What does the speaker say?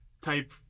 type